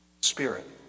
Spirit